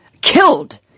killed